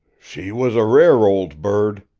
she was a rare old bird,